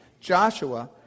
Joshua